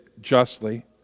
justly